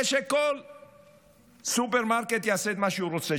ושכל סופרמרקט יעשה את כל מה שהוא רוצה,